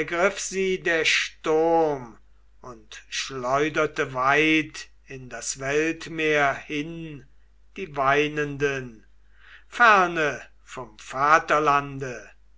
der sturm und schleuderte weit in das weltmeer hin die weinenden ferne vom vaterlande